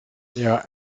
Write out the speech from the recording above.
near